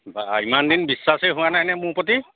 বা ইমান দিনে বিশ্বাসেই হোৱা নাই নে মোৰ প্ৰতি